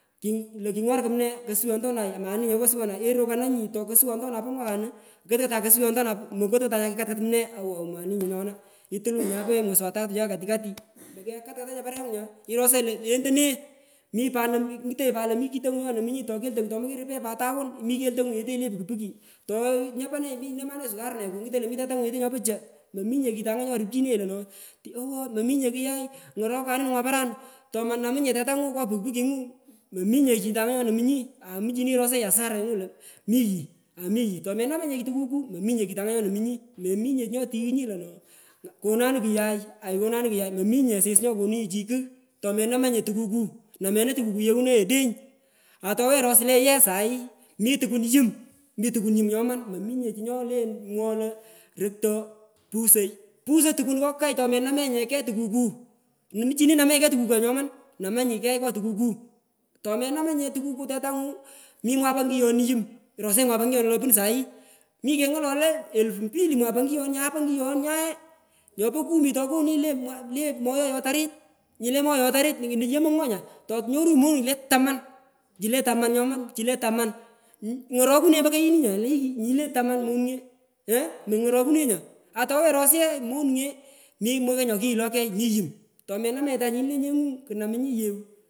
King lo kingir kumne kosuyontomi maninye ngo kusoywontonai irukananyi tokosuywontonai po mwakanu krutan kuskyontonu kot kotan kusuywontonu mokotkotanye nyakikatkat kumne owo maninye nyona itungonye chae po mwezi wa tatu kati kati makekatanyiparengu nya irosanyi lo lentone mipat ingutonyi lo mi kingu nyonomunyi tokeitongu tomokenyi rupe pat tawun mi keitongu yete nyule puki puki tonyapanenyi inamanunyi sukarunechi mi mi tetangu keltongu yete nyule puki puki tonyapanenyi inamanunyi sukarunechi yete nyopocho mominye ketanga nyorupchinenyi lo no owo mominye kuyai ngorokanu ngo paranu tomanamunyi tetangu ngo pukipuki ngu mominye kitanga nyonomunyi muchini rosany asara mi yi amiyi tomenamanyinye chii tukuku mominye chitanga nyonomunyi mominye chi nyotighunyi lo no kananu kuyai aikonanu kuyai aikonanu kuyai mominye asis nyokonunyi chii kugh tomonamanyinye tukuku, nonmena tukuku morunai odeny atowenyi iros leye saii mi tukun yum mi tukuri yum nyoman mominye eyole mwoghoi lo rokto usoi pusoi tukun kokai tomenanyinye kegh tukuku muchrni namenyikegh tukuku nyomani namenanyi kegh ngo tukuku tomenamanyinye tukuku tetangu mi mwapa nguyon yum mwapa nguyon wolopun saii mi kengolonoi elpu mpili mwapa nguyon nyae le nguyon nyae nyopu kumi konunyi le moyoiwo tarit nyule moyoywo tarit yomoi ngo nya tonyorunyi monung le tamah chule taman nyoman chule taman ng’ ngorokune ompo koyini nya nyini le taman monunge ii ngorokune nya atomwenyi iros ye monunge mi mokoi nyokiyilo kegh mi yum tomenanyinye tanyiti le nyengu kunamunyi yiew.